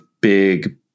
big